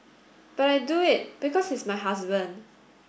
but I do it because he's my husband